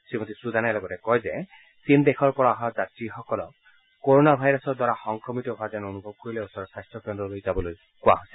শ্ৰীমতী চুডানে লগতে কয় যে চীন দেশৰ পৰা অহা যাত্ৰীসকলক কোৰোনা ভাইৰাছৰ দ্বাৰা সংক্ৰমিত হোৱা যেন অনুভৱ কৰিলে ওচৰৰ স্বাস্থ্য কেন্দ্ৰলৈ যাবলৈ কোৱা হৈছে